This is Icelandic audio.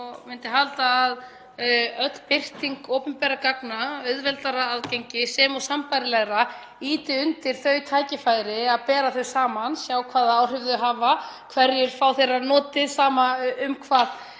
myndi halda að öll birting opinberra gagna, auðveldara aðgengi sem og sambærilegra, ýti undir tækifæri til að bera þau saman, sjá hvaða áhrif þau hafa og hverjir fá þeirra notið, sama um hvað